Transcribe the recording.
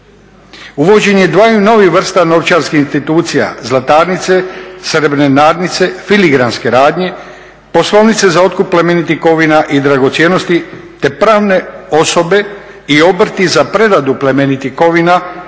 Uvođenje dvaju novih vrsta novčarskih institucija, zlatarnice, srebrenarnice, filigranske radnje, poslovnice za otkup plemenitih kovina i dragocjenosti te pravne osobe i obrti za preradu plemenitih kovina i